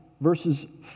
verses